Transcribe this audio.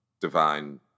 divine